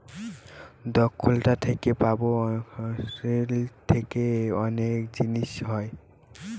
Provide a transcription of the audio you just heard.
দ্রক্ষলতা থেকে পাবো আঙ্গুর থেকে অনেক জিনিস হয়